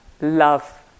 love